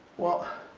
well,